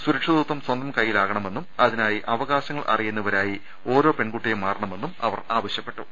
സുരക്ഷിതത്വം സ്വന്തം കയ്യി ലാകണമെന്നും അതിനായി അവകാശങ്ങൾ അറിയുന്നവരായി ഓരോ പെൺകുട്ടിയും മാറണമെന്നും അവർ ആവശ്യപ്പെട്ടു